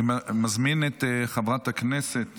אני מזמין את חבר הכנסת